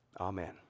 Amen